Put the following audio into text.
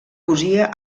cosia